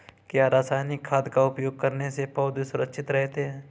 क्या रसायनिक खाद का उपयोग करने से पौधे सुरक्षित रहते हैं?